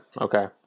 Okay